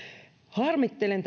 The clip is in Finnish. harmittelen